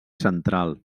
central